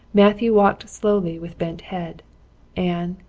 matthew walked slowly with bent head anne,